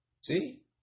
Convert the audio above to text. See